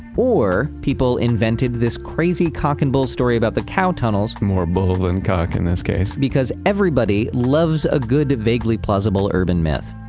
or people invented this crazy cock and bull story about the cow tunnels more bull than cock in this case because everybody loves a good vaguely plausible urban myth.